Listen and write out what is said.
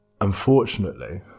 unfortunately